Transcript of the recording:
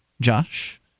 josh